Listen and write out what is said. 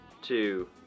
two